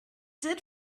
did